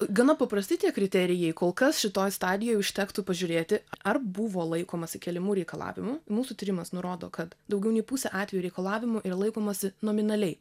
gana paprasti tie kriterijai kol kas šitoj stadijoj užtektų pažiūrėti ar buvo laikomasi keliamų reikalavimų mūsų tyrimas nurodo kad daugiau nei pusę atvejų reikalavimų yra laikomasi nominaliai